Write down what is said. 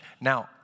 Now